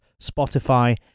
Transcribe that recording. Spotify